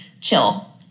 chill